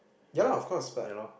ya lah of course but